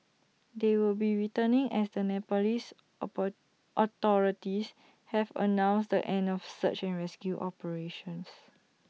they will be returning as the Nepalese authorities have announced the end of search and rescue operations